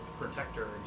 Protector